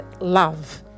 love